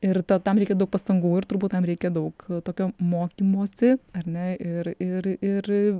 ir ta tam reikia daug pastangų ir turbūt tam reikia daug tokio mokymosi ar ne ir ir ir